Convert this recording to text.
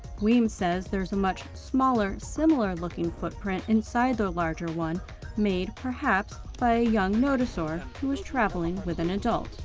weems says there's a much smaller, similar looking footprint inside the larger one made, perhaps by a young nodosaur who was traveling with an adult.